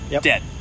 dead